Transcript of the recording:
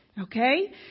Okay